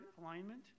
alignment